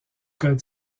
code